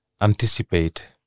anticipate